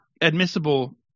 admissible